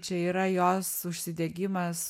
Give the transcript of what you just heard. čia yra jos užsidegimas